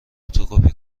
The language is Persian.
فتوکپی